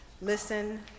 Listen